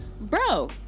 bro